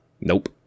Nope